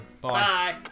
bye